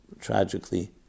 tragically